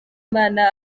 n’imana